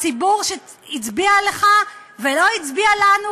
הציבור שהצביע לך ולא הצביע לנו,